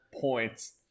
points